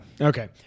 Okay